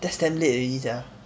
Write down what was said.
that's damn late already sia